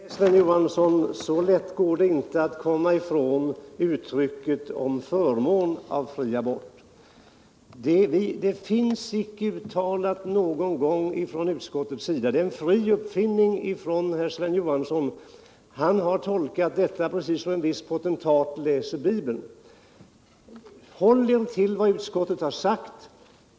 Herr talman! Nej, Sven Johansson, så enkelt går det inte att komma ifrån uttrycket ”förmånen av fri abort”! Det uttrycket finns inte i betänkandet; det är inte uttalat någon gång av utskottet, utan det är en fri uppfinning av herr Sven Johansson, som har tolkat detta som en viss potentat gör när han läser Bibeln. Håll er i stället till vad utskottet har uttalat!